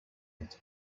get